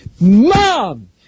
Mom